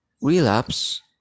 relapse